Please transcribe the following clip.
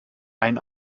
ein